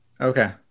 Okay